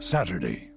Saturday